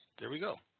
there we go